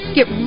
Get